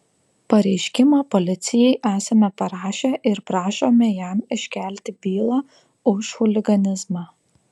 pareiškimą policijai esame parašę ir prašome jam iškelti bylą už chuliganizmą